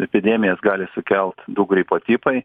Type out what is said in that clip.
epidemijas gali sukelt du gripo tipai